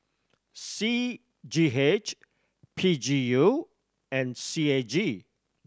C G H P G U and C A G